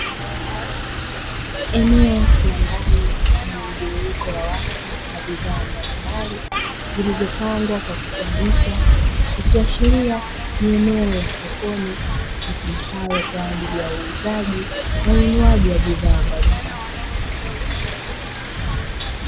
Eneo la ndani lenye mjumuiko wa watu na bidhaa mbalimbali zilizopangwa kwa kutundikwa, ikiashiria ni eneo la sokoni litumikalo kwa ajili ya uuzaji na ununuaji wa bidhaa mbalimbali.